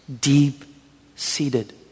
deep-seated